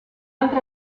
altra